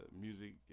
music